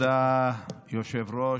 כבוד היושב-ראש,